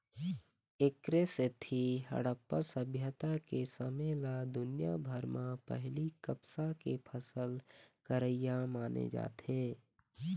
एखरे सेती हड़प्पा सभ्यता के समे ल दुनिया भर म पहिली कपसा के फसल करइया माने जाथे